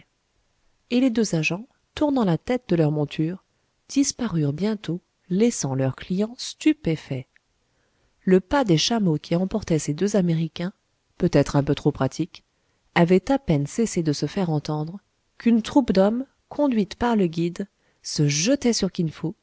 et les deux agents tournant la tête de leur monture disparurent bientôt laissant leur client stupéfait le pas des chameaux qui emportaient ces deux américains peut-être un peu trop pratiques avait à peine cessé de se faire entendre qu'une troupe d'hommes conduite par le guide se jetait sur kinfo